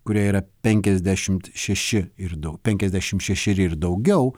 kuriai yra penkiasdešimt šeši ir dau penkiasdešim šešeri ir daugiau